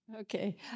Okay